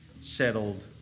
settled